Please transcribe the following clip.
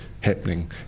happening